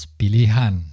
pilihan